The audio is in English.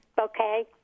Okay